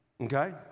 okay